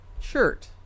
shirt